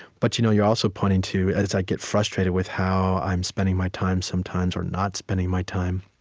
but you know you're also pointing to as i get frustrated with how i'm spending my time, sometimes, or not spending my time,